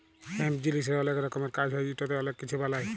hemp জিলিসের অলেক রকমের কাজ হ্যয় ইটতে অলেক কিছু বালাই